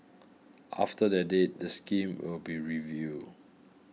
after that date the scheme will be reviewed